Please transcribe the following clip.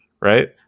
right